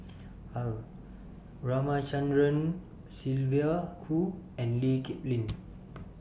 R Ramachandran Sylvia Kho and Lee Kip Lin